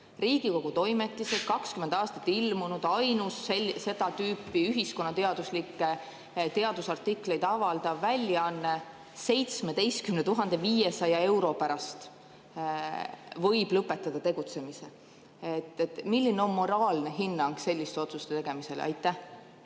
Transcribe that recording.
Riigikogu Toimetised, 20 aastat ilmunud ainus seda tüüpi ühiskonnateaduslikke teadusartikleid avaldav väljaanne, võib 17 500 euro pärast lõpetada tegutsemise. Milline on moraalne hinnang selliste otsuste tegemisele? Eks